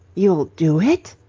you'll do it?